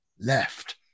left